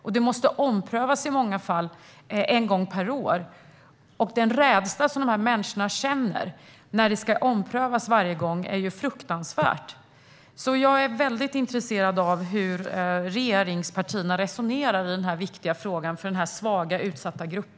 Beslutet måste i många fall omprövas en gång per år, och den rädsla som dessa människor känner varje gång det ska omprövas är fruktansvärd. Jag är väldigt intresserad av hur regeringspartierna resonerar i den här frågan, som är viktig för denna svaga, utsatta grupp.